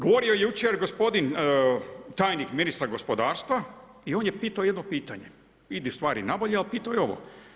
Govorio je jučer gospodin tajnik ministra gospodarstva i on je pitao jedno pitanje, idu stvari nabolje, ali pitao je ovo.